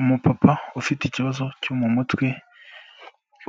Umupapa ufite ikibazo cyo mu mutwe,